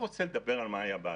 עם,